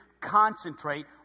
concentrate